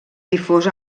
difós